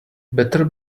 better